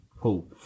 Cool